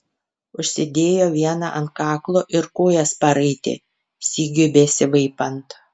užsidėjo vieną ant kaklo ir kojas paraitė sigiui besivaipant